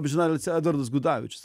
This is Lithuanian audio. amžinatilsį edvardas gudavičius